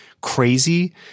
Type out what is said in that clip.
crazy